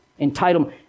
Entitlement